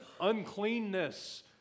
uncleanness